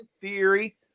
Theory